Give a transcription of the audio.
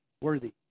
worthy